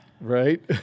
Right